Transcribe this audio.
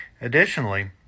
Additionally